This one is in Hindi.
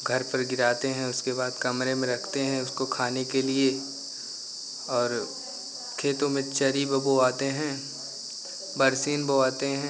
घर पर गिराते हैं उसके बाद कमरे में रखते हैं उसको खाने के लिए और खेतों में चरी बोबाते हैं बरसीम बोबाते हैं